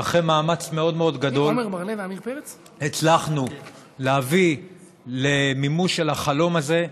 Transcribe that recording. ואחרי מאמץ מאוד מאוד גדול הצלחנו להביא למימוש של החלום הזה,